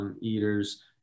eaters